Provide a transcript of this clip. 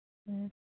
ꯑ